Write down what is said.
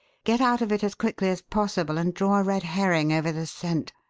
get out of it as quickly as possible and draw a red herring over the scent.